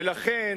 ולכן